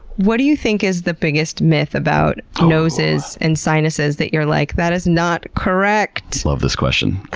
what do you think is the biggest myth about noses and sinuses that you're like, that is not correct? love this question.